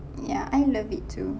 ya I love it too